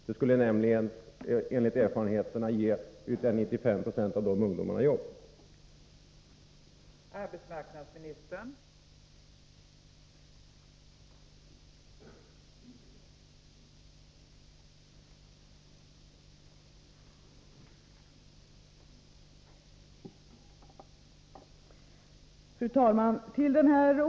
Det skulle enligt erfarenheterna ge ytterligare 95 90 av dessa nya lärlingar riktiga jobb.